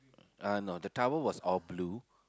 uh no the towel was all blue